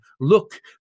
look